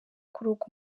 kuroga